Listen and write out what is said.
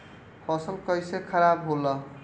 फसल कैसे खाराब होला?